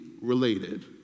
related